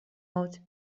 out